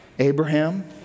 Abraham